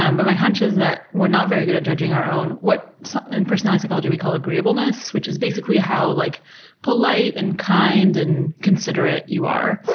um but my hunch is that we're not very good at judging our own, what so in personality psychology we call, agreeableness, which is basically how like polite, and kind, and considerate you are.